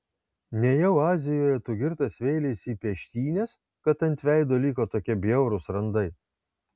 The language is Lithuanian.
nejau azijoje tu girtas vėleisi į peštynes kad ant veido liko tokie bjaurūs randai